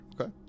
okay